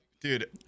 Dude